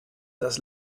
das